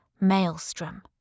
Maelstrom